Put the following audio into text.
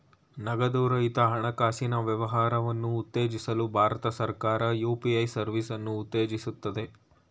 ನಗದು ರಹಿತ ಹಣಕಾಸಿನ ವ್ಯವಹಾರವನ್ನು ಉತ್ತೇಜಿಸಲು ಭಾರತ ಸರ್ಕಾರ ಯು.ಪಿ.ಎ ಸರ್ವಿಸನ್ನು ಉತ್ತೇಜಿಸುತ್ತದೆ